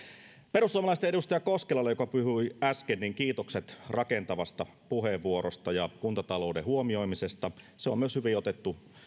perussuomalaisten edustaja koskelalle joka puhui äsken kiitokset rakentavasta puheenvuorosta ja kuntatalouden huomioimisesta se on myös hyvin otettu